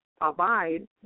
abide